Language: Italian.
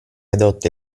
adotta